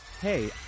Hey